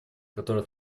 которая